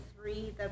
three